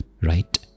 right